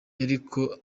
yariko